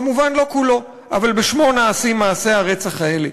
כמובן לא כולו, אבל בשמו נעשים מעשי הרצח האלה.